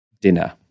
dinner